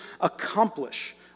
accomplish